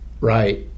Right